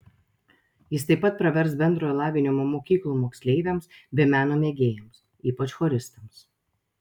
jis taip pat pravers bendrojo lavinimo mokyklų moksleiviams bei meno mėgėjams ypač choristams